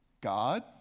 God